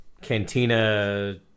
cantina